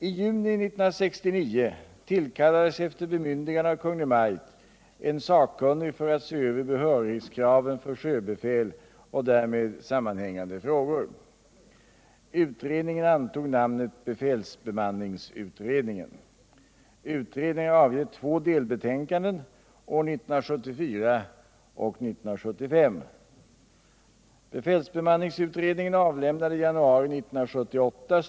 I juni 1969 tillkallades efter bemyndigande av Kungl. Maj:t en sakkunnig för att se över behörighetskraven för sjöbefäl och därmed sammanhängande frågor. Utredningen antog namnet befälsbemanningsutredningen. Utredningen har avgett två delbetänkanden, år 1974 och 1975.